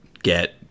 Get